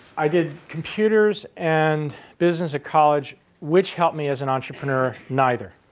i did computers and business at college, which helped me as an entrepreneur? neither.